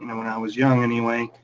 when i was young anyway,